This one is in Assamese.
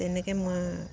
তেনেকে মই